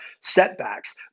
setbacks